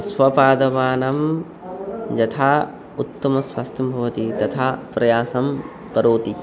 स्वपादपानां यथा उत्तमस्वास्थं भवति तथा प्रयासं करोति